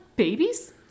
Babies